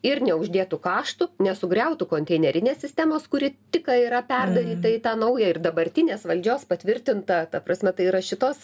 ir neuždėtų kaštų nesugriautų konteinerinės sistemos kuri tik ką yra perdaryta į tą naują ir dabartinės valdžios patvirtinta ta prasme tai yra šitos